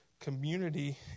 community